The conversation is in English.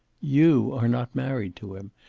you are not married to him.